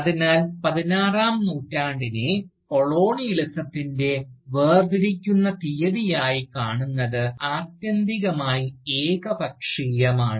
അതിനാൽ പതിനാറാം നൂറ്റാണ്ടിനെ കൊളോണിയലിസത്തിൻറെ വേർതിരിക്കുന്ന തീയതിയായി കാണുന്നത് ആത്യന്തികമായി ഏകപക്ഷീയമാണ്